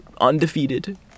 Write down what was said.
undefeated